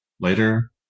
later